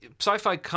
Sci-fi